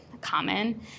common